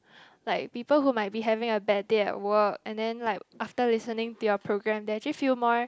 like people who might be having a bad day at work and then like after listening to your program they actually feel more